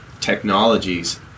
technologies